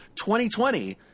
2020